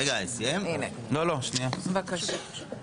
הנה, בבקשה.